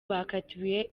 bakatiwe